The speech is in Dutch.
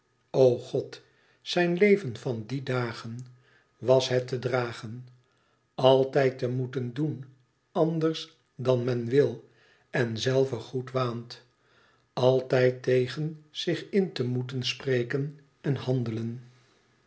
god zijn leven van die dagen was het te dragen altijd te moeten doen anders dan men wil en zelve goed waant altijd tegen zich in te moeten spreken en handelen